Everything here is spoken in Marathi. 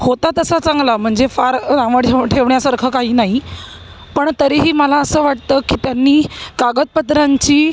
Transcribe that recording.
होता तसा चांगला म्हणजे फार ठेवण्यासारखं काही नाही पण तरीही मला असं वाटतं की त्यांनी कागदपत्रांची